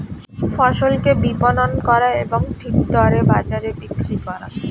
ফসলকে বিপণন করা এবং ঠিক দরে বাজারে বিক্রি করা